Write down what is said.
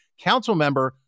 Councilmember